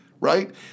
right